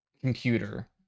computer